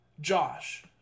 Josh